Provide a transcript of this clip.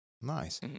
nice